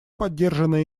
поддержана